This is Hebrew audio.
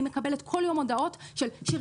אני מקבלת כל יום הודעות: שיר,